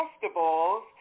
festivals